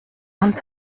uns